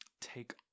take